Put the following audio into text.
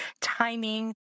timing